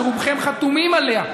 שרובכם חתומים עליה.